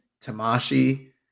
Tamashi